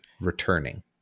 returning